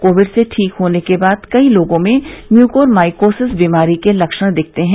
Covid से ठीक होने के बाद कई लोगों में म्यूकोरणइकोसिस बीमारी के लक्षण दिखते है